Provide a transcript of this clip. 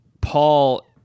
Paul